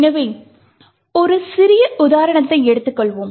எனவே ஒரு சிறிய உதாரணத்தை எடுத்துக் கொள்வோம்